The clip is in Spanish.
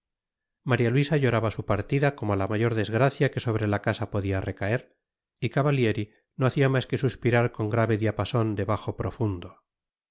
maría luisa lloraba su partida como la mayor desgracia que sobre la casa podía recaer y cavallieri no hacía más que suspirar con grave diapasón de bajo profundo